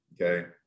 okay